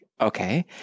okay